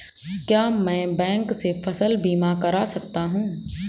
क्या मैं बैंक से फसल बीमा करा सकता हूँ?